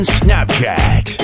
snapchat